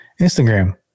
instagram